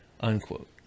unquote